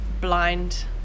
blind